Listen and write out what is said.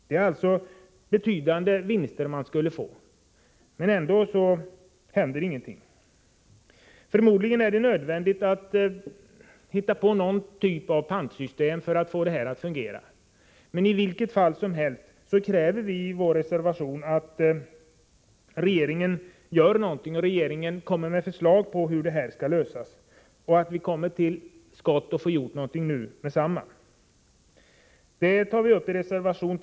Det skulle således bli betydande vinster, men ändå vidtas inga åtgärder. Förmodligen är det nödvändigt att hitta någon typ av pantsystem för att få det hela att fungera. I vilket fall som helst kräver vi i vår reservation nr 3 att regeringen skall lägga fram förslag till lösning. Vi måste komma till skott och få någonting gjort med detsamma.